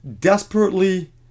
desperately